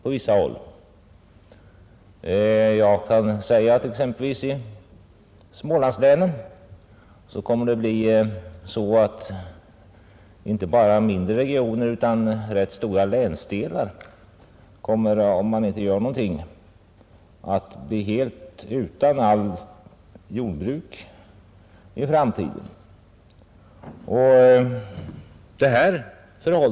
I Smålandslänen kommer följden t.ex. att bli att inte bara mindre regioner utan också ganska stora länsdelar blir helt utan jordbruk i framtiden, om man inte gör någonting.